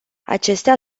acestea